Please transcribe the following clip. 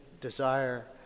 desire